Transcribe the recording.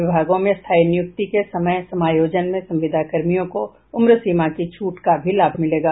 विभागों में स्थायी नियुक्ति के समय समायोजन में संविदा कर्मियों को उम्र सीमा की छूट का भी लाभ मिलेगा